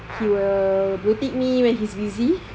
he will blue tick me when he is busy